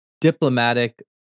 diplomatic